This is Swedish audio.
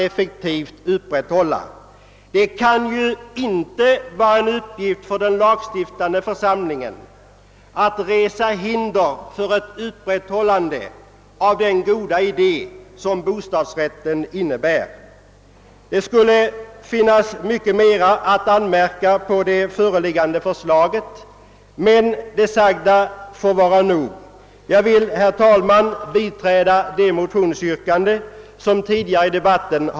Det kan inte vara en uppgift för den lagstiftande församlingen att resa hinder för den goda idé som bostadsrätten är. Det skulle finnas mycket mera att anmärka på i det föreliggande förslaget, men det anförda får vara nog.